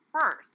first